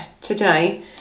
today